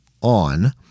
on